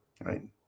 right